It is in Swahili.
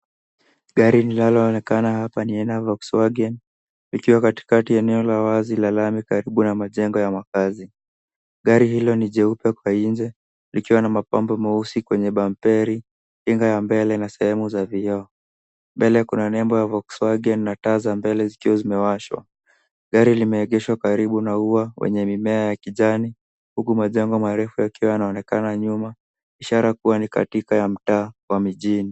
Gari linaloonekana hapa ni aina ya Volkswagen likiwa kati kati eneo la wazi la lami karibu na majengo ya makaazi. Gari hilo ni jeupe kwa nje likiwa na mapambo meusi kwenye bamperi inga ya mbele na sehemu za vioo. Mbele kuna nembo ya Volkswagen na taa za mbele zikiwa zimewashwa. Gari limeegeshwa karibu na ua wenye mimea ya kijani huku majengo marefu yakiwa yanaonekana nyuma ishara kuwa ni katika ya mitaa wa mijini.